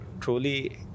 truly